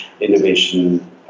innovation